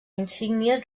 insígnies